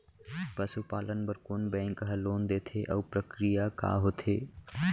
पसु पालन बर कोन बैंक ह लोन देथे अऊ प्रक्रिया का होथे?